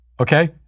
Okay